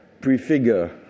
prefigure